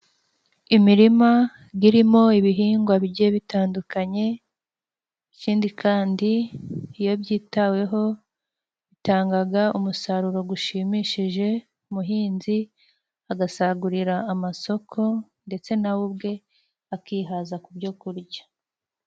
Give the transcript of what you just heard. Imirima girimo ibihingwa bigiye bitandukanye, ikindi kandi iyo byitaweho bitangaga umusaruro gushimishije, umuhinzi agasagurira amasoko, ndetse nawe ubwe akihaza ku byo kurya.